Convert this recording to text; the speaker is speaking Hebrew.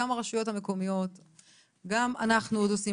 גם הרשויות המקומיות וגם אנחנו עדיין עושים